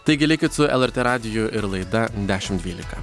taigi likit su lrt radiju ir laida dešimt dvylika